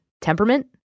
temperament